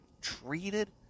treated